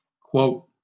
Quote